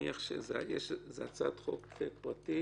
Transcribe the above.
זו הצעת חוק פרטית?